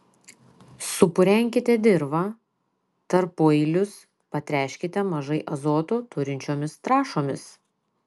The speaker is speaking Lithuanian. supurenkite dirvą tarpueilius patręškite mažai azoto turinčiomis trąšomis